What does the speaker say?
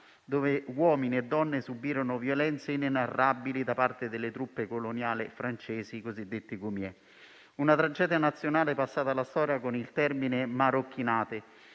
dove uomini e donne subirono violenze inenarrabili da parte delle truppe coloniali francesi, i cosiddetti *goumier*. La tragedia nazionale è passata alla storia con il termine marocchinate,